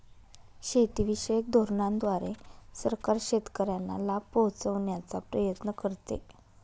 शेतीविषयक धोरणांद्वारे सरकार शेतकऱ्यांना लाभ पोहचवण्याचा प्रयत्न करते